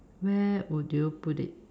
where would you put it